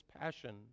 passion